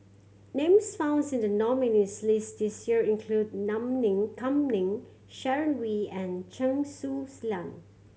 names founds in the nominees' list this year include Nam Ning Kam Ning Sharon Wee and Chen Su Lan